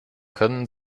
können